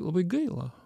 labai gaila